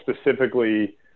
specifically